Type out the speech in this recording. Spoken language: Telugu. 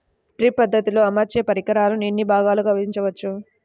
డ్రిప్ పద్ధతిలో అమర్చే పరికరాలను ఎన్ని భాగాలుగా విభజించవచ్చు?